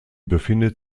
befindet